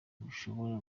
bishobora